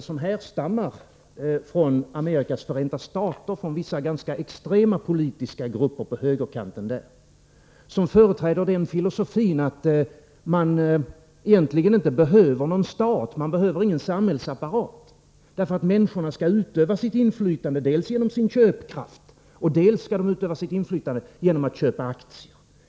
Det är ett tänkande som härstammar från vissa ganska extrema politiska grupper på högerkanten i Amerikas förenta stater, som företräder filosofin att man egentligen inte behöver någon stat, ingen samhällsapparat. Man anser att människorna skall utöva sitt inflytande dels genom sin köpkraft, dels genom att köpa aktier.